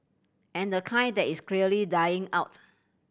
and the kind that is clearly dying out